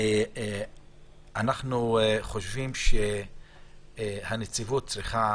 אנחנו חושבים שהנציבות צריכה